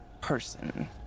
person